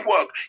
work